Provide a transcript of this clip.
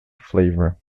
flavor